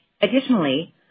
Additionally